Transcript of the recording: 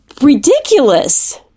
ridiculous